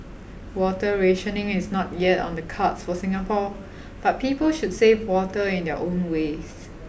water rationing is not yet on the cards for Singapore but people should save water in their own ways